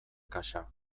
kasa